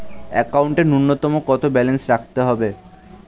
একাউন্টে নূন্যতম কত ব্যালেন্স রাখতে হবে?